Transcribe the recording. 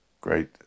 Great